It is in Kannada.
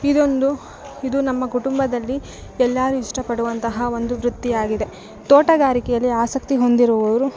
ಇದೊಂದು ಇದು ನಮ್ಮ ಕುಟುಂಬದಲ್ಲಿ ಎಲ್ಲರು ಇಷ್ಟ ಪಡುವಂತಹ ಒಂದು ವೃತ್ತಿಯಾಗಿದೆ ತೋಟಗಾರಿಕೆಯಲ್ಲಿ ಆಸಕ್ತಿ ಹೊಂದಿರುವವರು